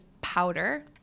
powder